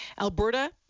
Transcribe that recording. Alberta